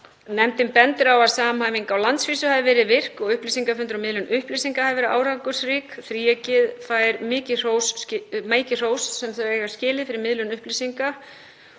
Nefndin bendir á að samhæfing á landsvísu hafi verið virk og upplýsingafundir og miðlun upplýsinga hafi verið árangursrík. Þríeykið fær mikið hrós, sem þau eiga skilið, fyrir miðlun upplýsinga